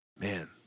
Man